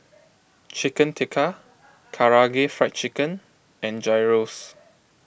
Chicken Tikka Karaage Fried Chicken and Gyros